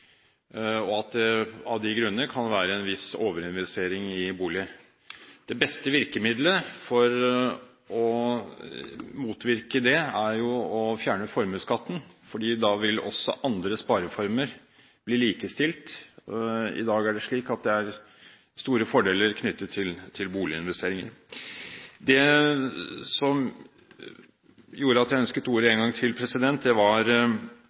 og at det av de grunner kan være en viss overinvestering i bolig. Det beste virkemidlet for å motvirke det er å fjerne formuesskatten, for da vil også andre spareformer bli likestilt. I dag er det slik at det er store fordeler knyttet til boliginvesteringer. Det som gjorde at jeg ønsket ordet en gang til, var